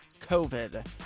COVID